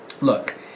look